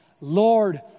Lord